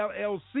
LLC